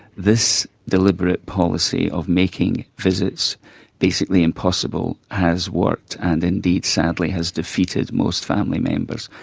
this deliberate policy of making visits basically impossible has worked, and indeed sadly has defeated most family members.